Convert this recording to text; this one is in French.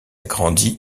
grandi